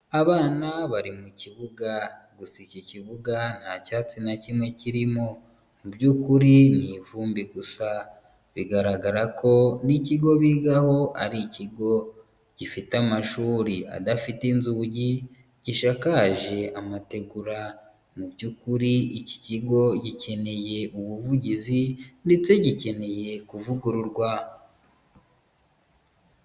Abana bari mu kibuga, gusa iki kibuga nta cyatsi na kimwe kirimo. Mu by'ukuri ni ivumbi gusa. Bigaragara ko n'ikigo bigaho ari ikigo gifite amashuri adafite inzugi, gisakaje amategura. Mu by'ukuri iki kigo gikeneye ubuvugizi ndetse gikeneye kuvugururwa.